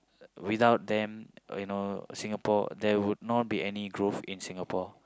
without them you know Singapore there would not be any growth in Singapore